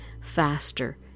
faster